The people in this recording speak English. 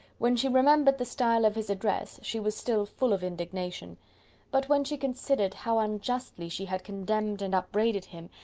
when she remembered the style of his address, she was still full of indignation but when she considered how unjustly she had condemned and upbraided him,